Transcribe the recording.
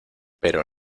pero